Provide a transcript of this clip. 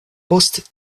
post